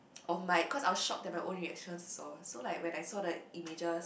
of like because I was shocked at my own reaction also so like when I saw the images